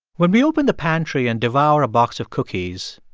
when we open the pantry and devour a box of cookies,